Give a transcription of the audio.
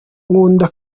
nkunda